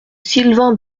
sylvain